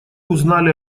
узнали